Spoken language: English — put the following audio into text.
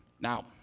now